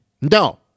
No